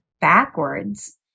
backwards